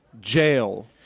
Jail